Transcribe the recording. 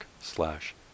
slash